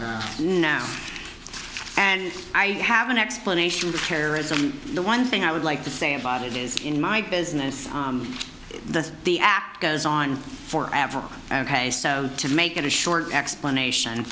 now and i have an explanation for terrorism the one thing i would like to say about it is in my business the the act goes on forever ok so to make it a short explanation